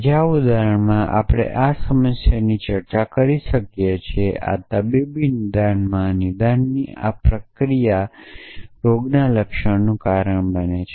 બીજા ઉદાહરણમાં આપણે આ સમસ્યાની ચર્ચા કરી શકીએ છીએ આ તબીબી નિદાનમાં નિદાનની આ પ્રક્રિયા રોગના લક્ષણોનું કારણ બને છે